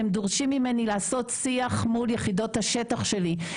הם דורשים ממני לעשות שיח מול יחידות השטח שלי,